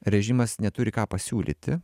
režimas neturi ką pasiūlyti